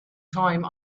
time